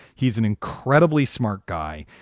he's an incredibly smart guy.